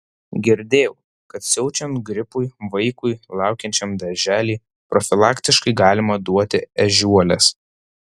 girdėjau kad siaučiant gripui vaikui lankančiam darželį profilaktiškai galima duoti ežiuolės